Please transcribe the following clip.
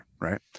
right